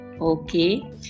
Okay